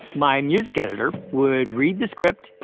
my music editor would read the script,